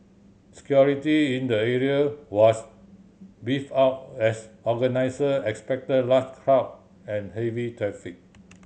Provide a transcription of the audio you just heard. security in the area was beefed up as organiser expected large crowd and heavy traffic